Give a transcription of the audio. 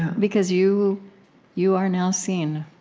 because you you are now seen.